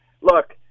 Look